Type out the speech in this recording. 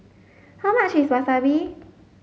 how much is Wasabi